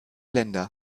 länder